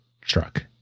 truck